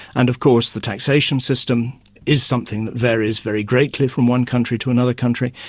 and of course the taxation system is something that varies very greatly from one country to another country.